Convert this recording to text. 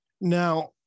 now